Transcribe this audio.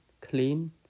clean